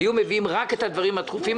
היו מביאים רק את הדברים הדחופים.